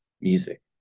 music